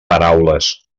paraules